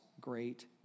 great